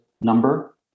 number